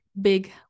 big